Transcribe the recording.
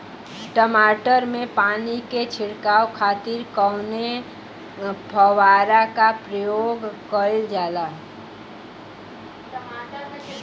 टमाटर में पानी के छिड़काव खातिर कवने फव्वारा का प्रयोग कईल जाला?